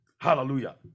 Hallelujah